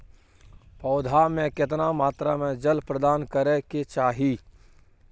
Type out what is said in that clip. पौधा में केतना मात्रा में जल प्रदान करै के चाही?